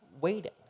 waiting